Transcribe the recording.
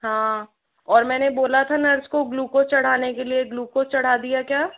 हाँ और मैंने बोला था नर्स को ग्लूकोज़ चढ़ाने के लिए ग्लूकोज़ चढ़ा दिया क्या